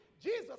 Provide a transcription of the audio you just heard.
Jesus